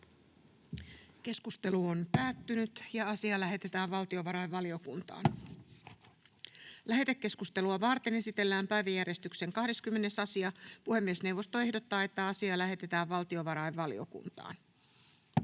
siihen liittyviksi laeiksi Time: N/A Content: Lähetekeskustelua varten esitellään päiväjärjestyksen 14. asia. Puhemiesneuvosto ehdottaa, että asia lähetetään valtiovarainvaliokuntaan.